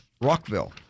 Rockville